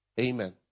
Amen